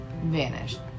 vanished